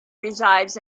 resides